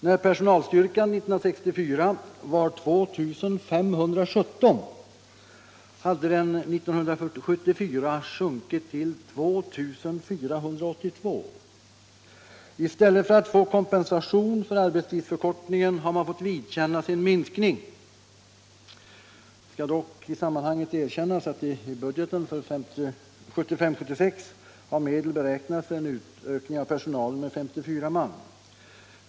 Jo, personalstyrkan 1964 var 2517, och den hade 1974 sjunkit till 2482. I stället för att få kompensation för arbetstidsförkortningen har man fått vidkännas en minskning. Det skall dock i sammanhanget erkännas att i budgeten för 1975/76 har medel beräknats för en utökning av personalen med 54 man.